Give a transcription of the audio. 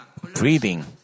breathing